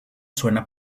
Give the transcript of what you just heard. suena